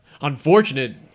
unfortunate